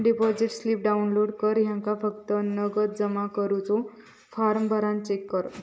deposit slip download कर ह्येका फक्त नगद जमा करुचो फॉर्म भरान चेक कर